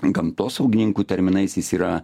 gamtosaugininkų terminais jis yra